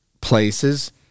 places